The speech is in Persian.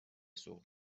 سوق